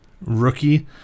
rookie